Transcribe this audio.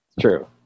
True